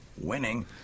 winning